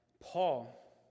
Paul